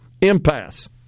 impasse